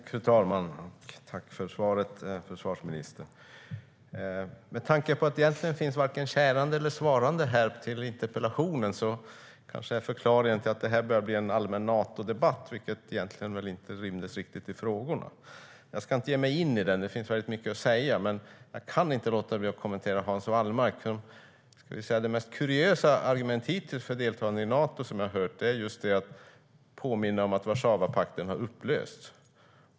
Fru talman! Tack för svaret, försvarsministern! Att det varken finns kärande eller svarande till interpellationen här är kanske förklaringen till att det börjar bli en allmän Natodebatt, vilket väl egentligen inte riktigt rymdes i frågorna. Men jag ska inte ge mig in i den. Det finns mycket att säga, men jag kan inte låta bli att kommentera Hans Wallmark och det mest kuriösa argument som jag har hört hittills för deltagande i Nato, det vill säga att påminna om att Warszawapakten har upplösts.